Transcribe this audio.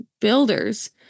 builders